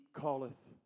calleth